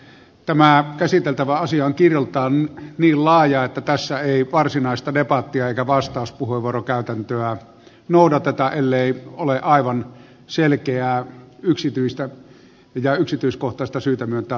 tämä käsiteltävä asia on kirjoltaan niin laaja että tässä ei varsinaista debattia eikä vastauspuheenvuorokäytäntöä noudateta ellei ole aivan selkeää yksityiskohtaista syytä myöntää vastauspuheenvuoroja